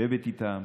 לשבת איתם